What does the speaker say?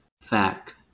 fact